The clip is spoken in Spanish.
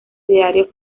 ideario